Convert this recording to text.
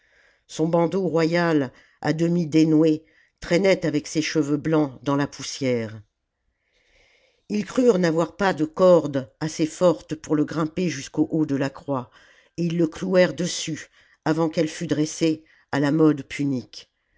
son bandeau royal à demi dénoué tramait avec ses cheveux blancs dans la poussière lis crurent n'avoir pas de cordes assez fortes pour le grimper jusqu'au haut de la croix et ils le clouèrent dessus avant qu'elle fût dressée à la mode punique